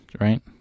right